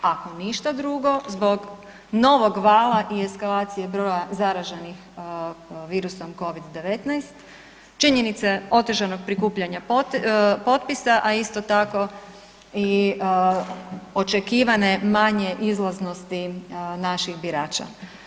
Ako ništa drugo zbog novog vala i eskalacije broja zaraženih virusom Covid-19, činjenice otežanog prikupljanja potpisa, a isto tako i očekivane manje izlaznosti naših birača.